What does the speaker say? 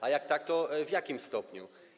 A jeśli tak, to w jakim stopniu?